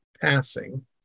passing